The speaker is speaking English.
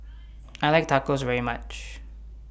I like Tacos very much